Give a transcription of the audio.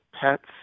pets